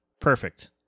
Perfect